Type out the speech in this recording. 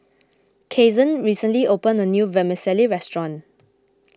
Cason recently opened a new Vermicelli restaurant